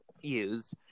use